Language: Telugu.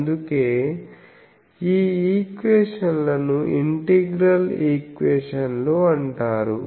అందుకే ఈ ఈక్వేషన్ లను ఇంటిగ్రల్ ఈక్వేషన్లు అంటారు